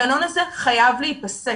הגנון הזה חייב להפסק.